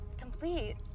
complete